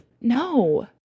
No